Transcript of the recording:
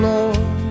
Lord